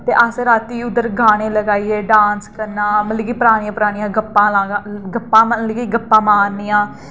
ते असें रातीं उद्धर गाने लगाइयै डांस करना मतलब कि परानियां परानियां गप्पां लाह्ङ गप्पां मतलब कि गप्पां मारनियां